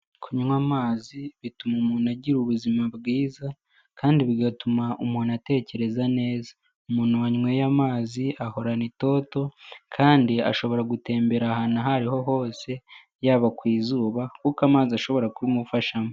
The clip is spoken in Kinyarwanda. Kunywa amazi bituma umuntu agira ubuzima bwiza kandi bigatuma umuntu atekereza neza. Umuntu wanyweye amazi ahorana itoto kandi ashobora gutembera ahantu aho ari ho hose, yaba ku izuba, kuko amazi ashobora kubimufashamo.